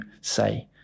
say